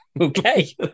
Okay